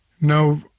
Now